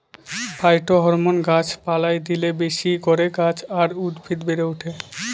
phytohormone গাছ পালায় দিলে বেশি করে গাছ আর উদ্ভিদ বেড়ে ওঠে